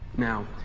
now,